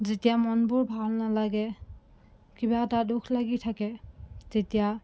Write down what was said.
যেতিয়া মনবোৰ ভাল নালাগে কিবা এটা দুখ লাগি থাকে তেতিয়া